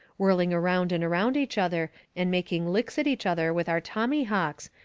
whirling round and round each other, and making licks at each other with our tommyhawks,